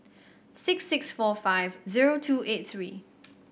six six four five zero two eight three